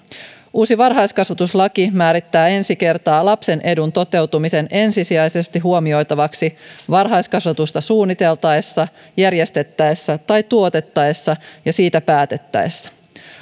uusi varhaiskasvatuslaki määrittää ensi kertaa lapsen edun toteutumisen ensisijaisesti huomioitavaksi varhaiskasvatusta suunniteltaessa järjestettäessä tai tuotettaessa ja siitä päätettäessä